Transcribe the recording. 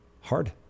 hard